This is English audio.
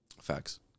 Facts